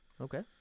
okay